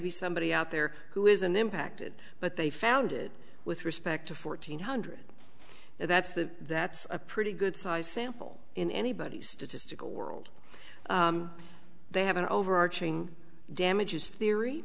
be somebody out there who isn't impacted but they found it with respect to fourteen hundred that's the that's a pretty good sized sample in anybody's statistical world they have an overarching damages theory